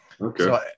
okay